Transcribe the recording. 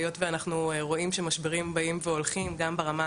היות ואנחנו רואים שמשברים באים והולכים גם ברמה